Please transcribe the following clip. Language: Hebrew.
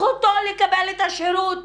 זכותו לקבל את השירות